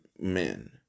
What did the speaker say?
men